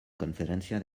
conferencia